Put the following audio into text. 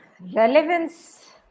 relevance